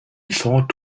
thought